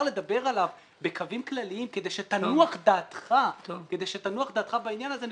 לדבר עליו בקווים כלליים כדי שתנוח דעתך בעניין הזה,